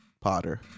Potter